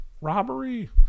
Robbery